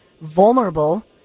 vulnerable